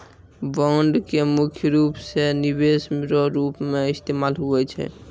bond के मुख्य रूप से निवेश रो रूप मे इस्तेमाल हुवै छै